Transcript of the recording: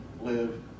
live